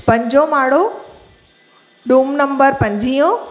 पंजो माड़ो room number पंजवीहो